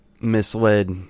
misled